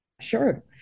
Sure